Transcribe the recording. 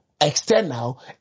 external